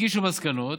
הגישו מסקנות,